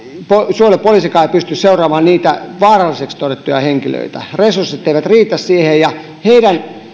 suojelupoliisikaan ei pysty seuraamaan niitä vaaralliseksi todettuja henkilöitä resurssit eivät riitä siihen heidän